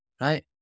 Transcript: right